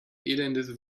elendes